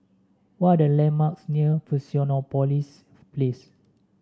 what are the landmarks near Fusionopolis Place